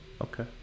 Okay